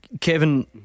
Kevin